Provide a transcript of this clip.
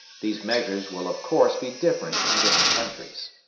these measures will of course be different in different countries.